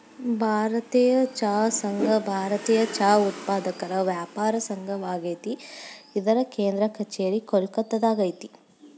ಭಾರತೇಯ ಚಹಾ ಸಂಘ ಭಾರತೇಯ ಚಹಾ ಉತ್ಪಾದಕರ ವ್ಯಾಪಾರ ಸಂಘವಾಗೇತಿ ಇದರ ಕೇಂದ್ರ ಕಛೇರಿ ಕೋಲ್ಕತ್ತಾದಾಗ ಐತಿ